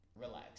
Relax